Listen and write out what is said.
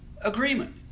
agreement